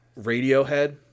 Radiohead